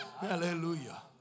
Hallelujah